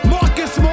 Marcus